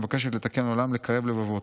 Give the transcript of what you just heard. המבקשת לתקן עולם ולקרב לבבות.